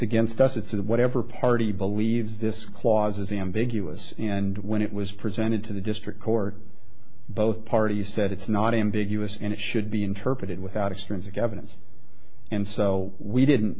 against us it's whatever party believes this clause is ambiguous and when it was presented to the district court both parties said it's not ambiguous and it should be interpreted without extremes of governance and so we didn't